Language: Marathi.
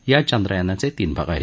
या चांद्रयानाचे तीन भाग आहेत